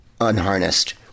unharnessed